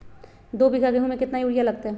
दो बीघा गेंहू में केतना यूरिया लगतै?